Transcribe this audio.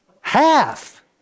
Half